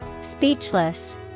Speechless